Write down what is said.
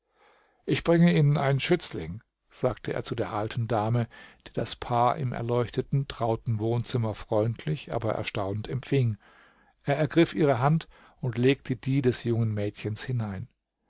ich bringe ihnen einen schützling sagte er zu der alten dame die das paar im erleuchteten trauten wohnzimmer freundlich aber erstaunt empfing er ergriff ihre hand und legte die des jungen mädchens hinein